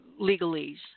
legalese